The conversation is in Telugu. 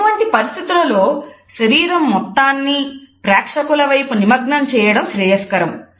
ఇటువంటి పరిస్థితులలో శరీరం మొత్తాన్ని ప్రేక్షకుల వైపు నిమగ్నం చేయడం శ్రేయస్కరం